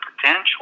potential